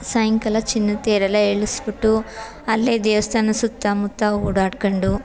ಸಾಯಂಕಾಲ ಚಿನ್ನದ ತೇರೆಲ್ಲಾ ಎಳೆಸಿಬಿಟ್ಟು ಅಲ್ಲೇ ದೇವಸ್ಥಾನ ಸುತ್ತಮುತ್ತ ಓಡಾಡ್ಕೊಂಡು